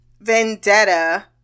vendetta